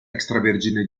extravergine